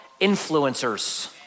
influencers